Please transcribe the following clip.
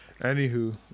Anywho